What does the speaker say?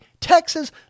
Texas